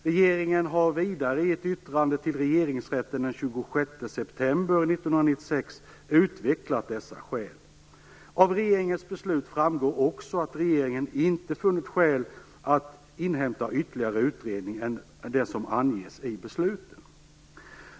Regeringen har vidare i ett yttrande till regeringsrätten den 26 september 1996 utvecklat dessa skäl. Av regeringens beslut framgår också att regeringen inte funnit skäl att inhämta ytterligare utredning än som anges i besluten.